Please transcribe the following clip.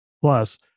Plus